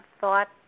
thought